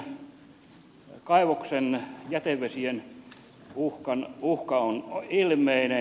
talvivaaran kaivoksen jätevesien uhka on ilmeinen